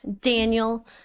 Daniel